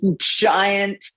giant